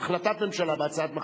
החלטת ממשלה בהצעת מחליטים,